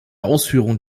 ausführung